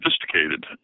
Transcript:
sophisticated